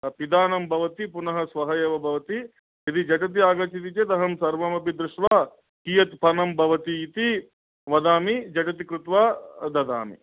पिधानं भवति पुनः श्वः एव भवति यदि झटिति आगच्छति चेत् अहं सर्वमपि दृष्त्वा कीयत् धनं भवति इति वदामि झटिति कृत्वा ददामि